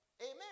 Amen